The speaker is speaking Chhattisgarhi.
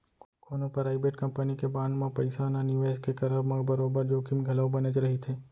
कोनो पराइबेट कंपनी के बांड म पइसा न निवेस के करब म बरोबर जोखिम घलौ बनेच रहिथे